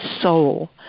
soul